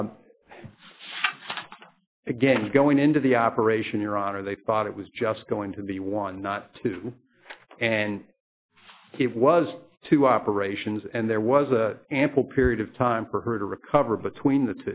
have again going into the operation your honor they thought it was just going to be one not two and it was two operations and there was a ample period of time for her to recover between the